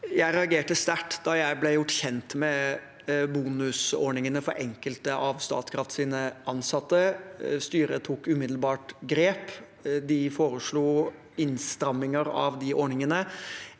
Jeg reager- te sterkt da jeg ble gjort kjent med bonusordningene for enkelte av Statkrafts ansatte. Styret tok umiddelbart grep. De foreslo innstramninger av de ordningene.